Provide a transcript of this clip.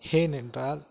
ஏனென்றால்